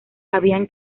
habían